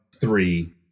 three